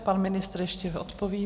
Pan ministr ještě odpoví.